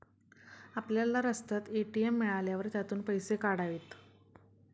आपल्याला रस्त्यात ए.टी.एम मिळाल्यावर त्यातून पैसे काढावेत